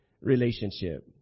relationship